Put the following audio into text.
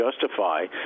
justify